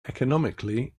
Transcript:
economically